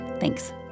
Thanks